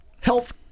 health